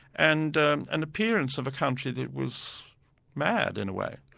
and an appearance of a country that was mad, in a way.